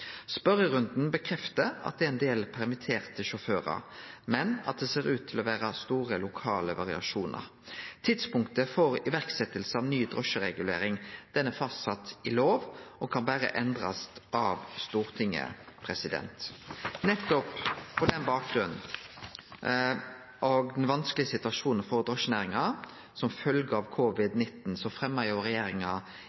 Spørjerunden bekreftar at det er ein del permitterte sjåførar, men at det ser ut til å vere store lokale variasjonar. Tidspunktet for iverksetjing av ny drosjeregulering er fastsett i lov og kan berre endrast av Stortinget. Nettopp på bakgrunn av den vanskelige situasjonen for drosjenæringa som følge av